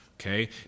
Okay